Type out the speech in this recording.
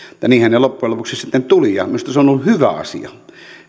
mutta niinhän ne loppujen lopuksi sitten tulivat ja minusta se on ollut hyvä asia